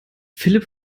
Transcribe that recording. philipp